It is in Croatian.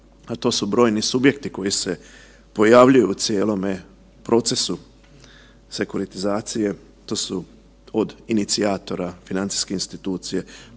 to su brojni subjekti koji se pojavljuju u cijelome procesu sekoritizacije, to su od inicijatora financijske institucije,